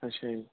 अच्छा जी